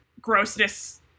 grossness